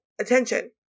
attention